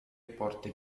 porte